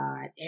God